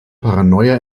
paranoia